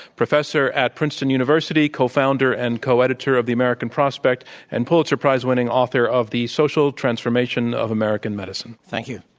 professor at princeton university, cofounder and coeditor of the american prospect and pulitzer prize winning author of the social transformation of american medicine. thank you.